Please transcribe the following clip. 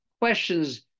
questions